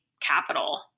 capital